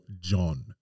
John